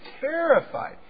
terrified